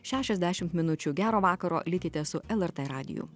šešiasdešimt minučių gero vakaro likite su lrt radiju